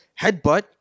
headbutt